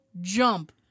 jump